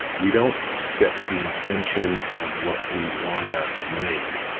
we don't set the intention of what we want to make.